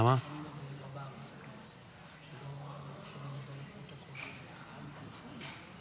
מטעם הכנסת: הצעת חוק לציון עליית יהודי תימן ולהצנחת זכר הנספים בדרך